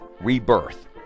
rebirth